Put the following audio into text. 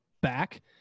back